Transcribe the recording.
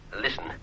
Listen